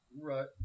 right